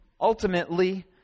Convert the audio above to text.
ultimately